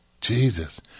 Jesus